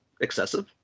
excessive